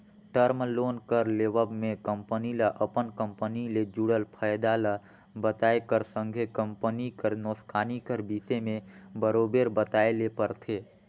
term loan कर लेवब में कंपनी ल अपन कंपनी ले जुड़ल फयदा ल बताए कर संघे कंपनी कर नोसकानी कर बिसे में बरोबेर बताए ले परथे